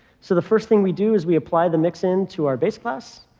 so the first thing we do is we apply the mix-in to our base class.